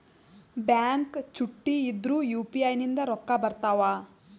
Bank ಚುಟ್ಟಿ ಇದ್ರೂ UPI ನಿಂದ ರೊಕ್ಕ ಬರ್ತಾವಾ?